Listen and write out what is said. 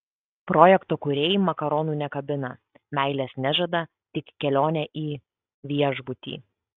projekto kūrėjai makaronų nekabina meilės nežada tik kelionę į viešbutį